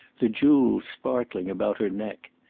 the jewels sparkling about her neck.